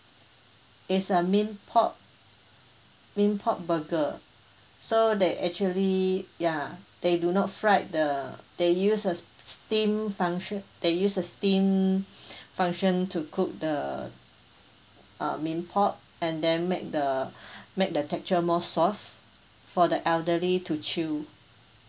is a main pot main pot burger so that actually ya they do not fried the they use uh steam functio~ they use a steam function to cook the uh main pot and then make the make the texture more soft for the elderly to chew